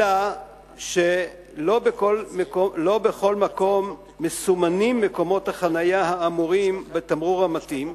אלא שלא בכל מקום מקומות החנייה האמורים מסומנים בתמרור המתאים,